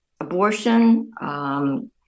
abortion